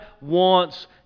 wants